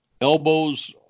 Elbows